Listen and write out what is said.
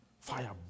Fire